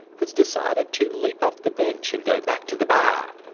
has decided to leap off the bench and go back to the bar,